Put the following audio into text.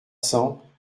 cents